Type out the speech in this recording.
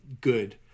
good